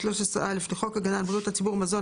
213(א) לחוק הגנה על בריאות הציבור (מזון),